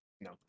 No